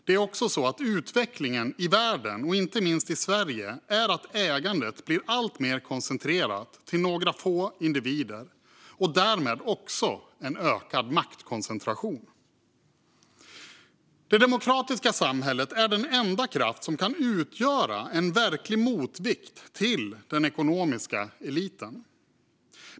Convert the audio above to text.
Det är också så att utvecklingen i världen och inte minst i Sverige innebär att ägandet blir allt mer koncentrerat till några få individer och att det därmed blir en ökad maktkoncentration. Det demokratiska samhället är den enda kraft som kan utgöra en verklig motvikt till den ekonomiska eliten.